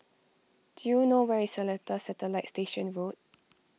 do you know where is Seletar Satellite Station Road